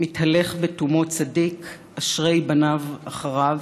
"מתהלך בתֻמו צדיק אשרי בניו אחריו".